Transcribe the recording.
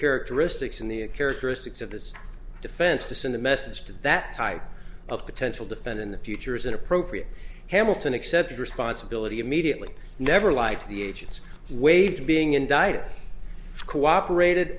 characteristics in the characteristics of this defense to send a message to that type of potential defend in the future is inappropriate hamilton accepted responsibility immediately never lied to the agents waved being indicted cooperated